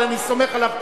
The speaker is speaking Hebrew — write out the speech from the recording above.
אבל אני סומך עליו תמיד.